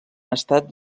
estat